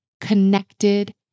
Connected